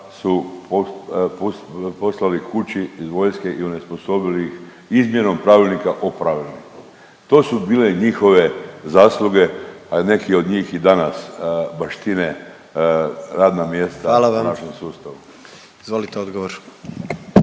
Hvala vam lijepa. Izvolite odgovor.